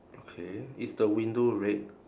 okay is the window red